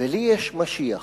"ולי יש משיח